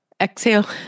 Exhale